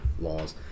laws